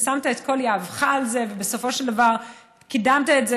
שמת את כל יהבך על זה ובסופו של דבר קידמת את זה.